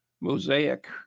mosaic